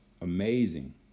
Amazing